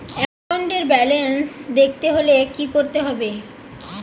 একাউন্টের ব্যালান্স দেখতে হলে কি করতে হবে?